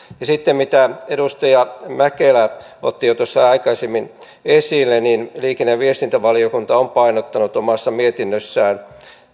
ja sitten kuten edustaja mäkelä otti jo tuossa aikaisemmin esille niin liikenne ja viestintävaliokunta on painottanut omassa mietinnössään